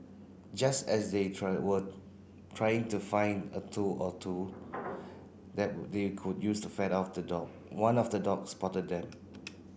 just as they try were trying to find a tool or two that they could use to fend off the dog one of the dogs spotted them